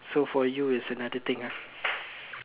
so for you is a another thing ah